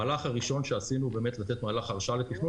המהלך הראשון שעשינו לתת מהלך הרשאה לתכנון